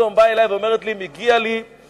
פתאום היא באה אלי ואומרת לי: מגיע לי מזל-טוב,